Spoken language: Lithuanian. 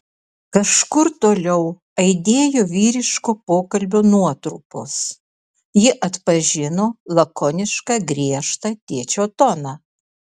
kažkur toliau aidėjo vyriško pokalbio nuotrupos ji atpažino lakonišką griežtą tėčio toną